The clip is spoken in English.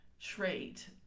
trait